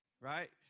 Right